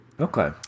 Okay